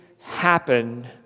happen